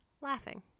laughing